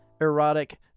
erotic